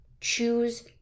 Choose